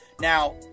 Now